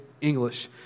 English